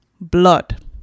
Blood